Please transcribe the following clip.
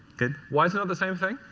good. why is it not the same thing?